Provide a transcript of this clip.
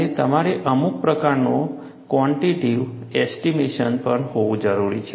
અને તમારે અમુક પ્રકારનું ક્વાંટિટેટિવ એસ્ટીમેશન પણ હોવું જરૂરી છે